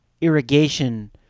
irrigation